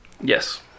Yes